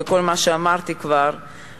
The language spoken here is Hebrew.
וכל מה שאמרתי כבר,